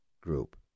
group